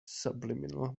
subliminal